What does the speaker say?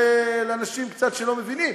לאנשים שקצת לא מבינים,